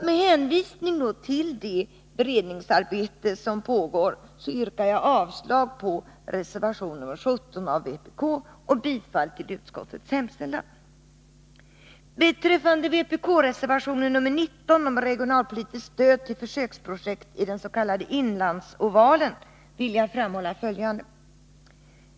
Med hänvisning till det beredningsarbete som pågår yrkar jag avslag på reservation 17 av vpk och bifall till utskottets hemställan. Beträffande vpk-reservation nr 19 om regionalpolitiskt stöd till försöksprojekt i den s.k. Inlandsovalen vill jag framhålla följande.